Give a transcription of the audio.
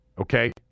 okay